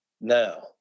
now